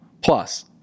Plus